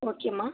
ஓகேமா